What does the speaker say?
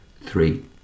three